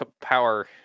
power